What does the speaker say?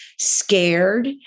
scared